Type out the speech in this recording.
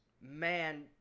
man